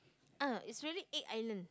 uh it's really egg island